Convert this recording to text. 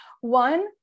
one